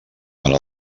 per